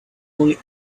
only